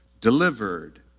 delivered